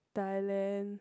Thailand